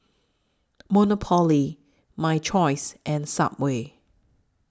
Monopoly My Choice and Subway